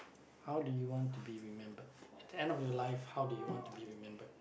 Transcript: how do you want to be remembered at the end of your life how do you want to be remembered